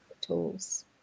tools